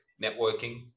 networking